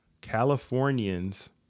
Californians